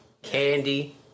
Candy